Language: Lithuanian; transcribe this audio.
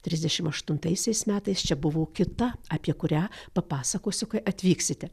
trisdešim aštuntaisiais metais čia buvo kita apie kurią papasakosiu kai atvyksite